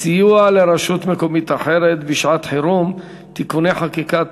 (סיוע לרשות מקומית אחרת בשעת-חירום) (תיקוני חקיקה),